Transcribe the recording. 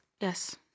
Yes